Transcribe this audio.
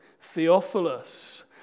Theophilus